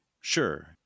Sure